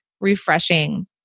refreshing